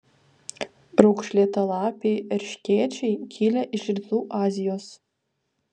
raukšlėtalapiai erškėčiai kilę iš rytų azijos